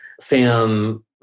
Sam